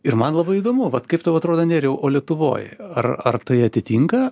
ir man labai įdomu vat kaip tau atrodo nerijau o lietuvoj ar ar tai atitinka